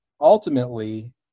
ultimately